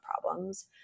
problems